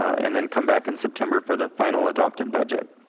and then come back in september for the final adopted budget.